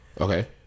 Okay